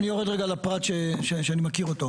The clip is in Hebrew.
אני יורד רגע לפרט שאני מכיר אותו.